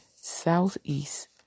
southeast